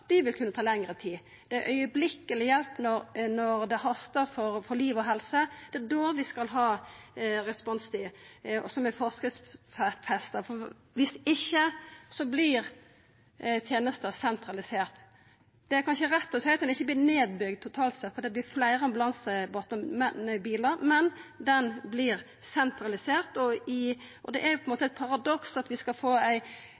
dei raude oppdraga, det er akutthjelp. Andre ambulanseoppdrag vil kunna ta lengre tid. Det er akutthjelp når det hastar for liv og helse, det er da vi skal ha responstid som er forskriftsfesta, for viss ikkje vert tenesta sentralisert. Det er kanskje rett å seia at ho ikkje vert nedbygd totalt sett, for det vert fleire ambulansebilar, men tenesta vert sentralisert. Det er på ein måte eit paradoks at vi skal få ei